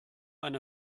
eine